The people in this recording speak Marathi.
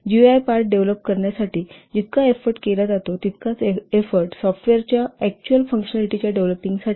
जीयूआय पार्ट डेव्हलप करण्यासाठी जितका एफोर्ट केला जातो तितकाच एफोर्ट सॉफ्टवेअरच्या अकचुअल फंक्शलिटीच्या डेव्हलपिंगसाठी केला जातो